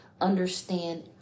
understand